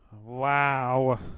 Wow